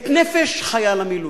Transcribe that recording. את נפש חייל המילואים.